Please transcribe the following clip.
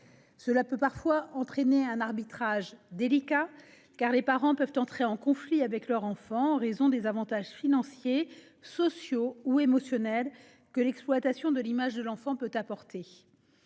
peuvent parfois donner lieu à un arbitrage délicat, car les parents peuvent entrer en conflit avec leur enfant en raison des avantages financiers, sociaux ou émotionnels que l'exploitation de l'image de l'enfant peut apporter.